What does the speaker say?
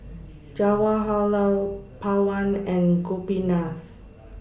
Jawaharlal Pawan and Gopinath